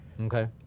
okay